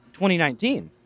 2019